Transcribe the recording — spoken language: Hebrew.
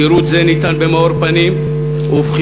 שירות זה ניתן במאור פנים ובחיוך,